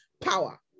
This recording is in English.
Power